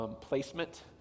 placement